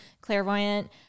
clairvoyant